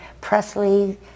Presley